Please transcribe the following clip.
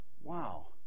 wow